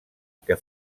que